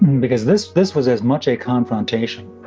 because this this was as much a confrontation.